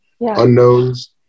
Unknowns